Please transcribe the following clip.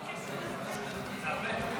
זה הרבה.